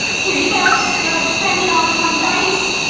here you go. don't spend it all in one place